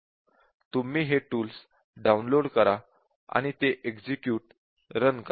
तुम्ही हे tools download करा आणि ते एक्झिक्युट रन करा